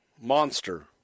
Monster